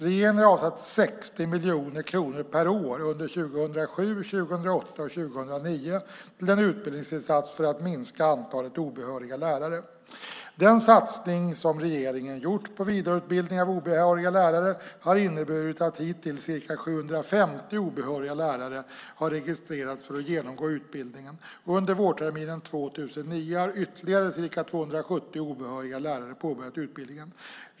Regeringen har avsatt 60 miljoner kronor per år under 2007, 2008 och 2009 till en utbildningsinsats för att minska antalet obehöriga lärare. Den satsning som regeringen gjort på vidareutbildning av obehöriga lärare har inneburit att ca 750 obehöriga lärare hittills har registrerats för att genomgå utbildningen, och under vårterminen 2009 har ytterligare ca 270 obehöriga lärare påbörjat utbildningen.